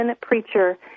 preacher